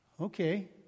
Okay